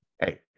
Hey